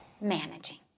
managing